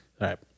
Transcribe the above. right